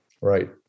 Right